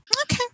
okay